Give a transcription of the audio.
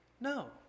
No